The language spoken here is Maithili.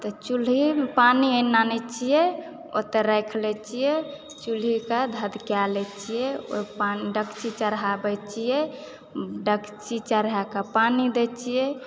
तऽ चूल्हीमे पानि वानी आनै छिऐ ओतए राखि लए छिऐ चूल्ही कऽ धधका लए छिऐ ओहिपर डेकची चढ़ाबए छिऐ डेकची चढ़ाऽ कऽ पानि दए छिऐ